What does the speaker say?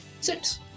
Six